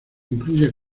incluye